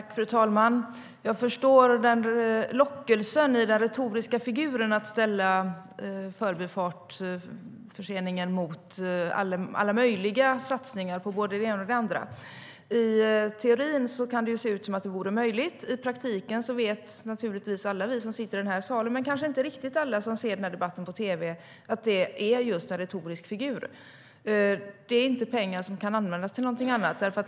Fru talman! Jag förstår lockelsen i den retoriska figuren att ställa Förbifartsförseningen mot alla möjliga satsningar på det ena och det andra. I teorin kan det se ut som att det vore möjligt. I praktiken vet naturligtvis alla vi som sitter i den här salen, men kanske inte riktigt alla som ser debatten på tv, att det är just en retorisk figur. Det är inte pengar som kan användas till någonting annat.